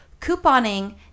Couponing